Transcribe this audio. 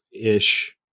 ish